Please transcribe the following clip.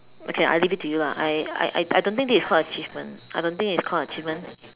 okay I leave it you lah I I I don't think this is called achievement I don't think it's called achievement